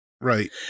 Right